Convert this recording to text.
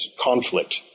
conflict